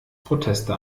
proteste